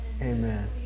Amen